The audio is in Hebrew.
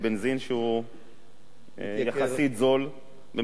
שהוא יחסית זול במדינת ישראל.